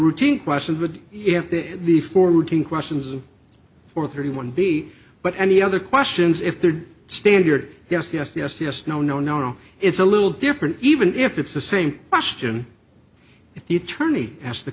routine question would you have the forwarding questions for thirty one b but any other questions if there are standard yes yes yes yes no no no no it's a little different even if it's the same question he turney asked the